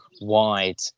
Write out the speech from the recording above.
wide